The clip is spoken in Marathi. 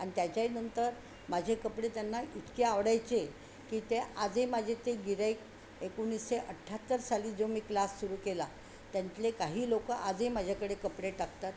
आणि त्याच्याहीनंतर माझे कपडे त्यांना इतके आवडायचे की ते आजही माझे ते गिऱ्हाईक एकोणीसशे अठ्ठ्याहत्तर साली जो मी क्लास सुरू केला त्यातले काही लोक आजही माझ्याकडे कपडे टाकातात